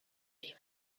demon